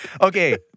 Okay